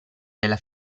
della